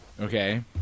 okay